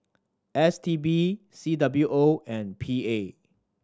S T B C W O and P A